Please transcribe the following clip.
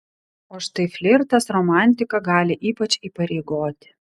o štai flirtas romantika gali ypač įpareigoti